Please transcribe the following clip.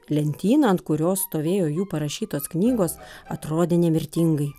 lentyna ant kurios stovėjo jų parašytos knygos atrodė nemirtingai